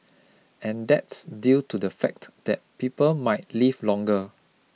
and that's due to the fact that people might live longer